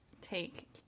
take